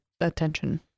attention